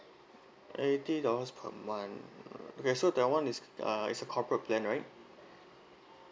eighty dollars per month okay so that one is uh is a corporate plan right